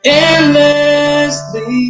endlessly